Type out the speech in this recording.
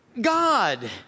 God